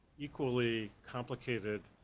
equally complicated